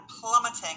plummeting